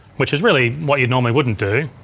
which is really what you'd normally wouldn't do,